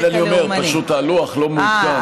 לכן אני אומר, פשוט, הלוח לא מעודכן.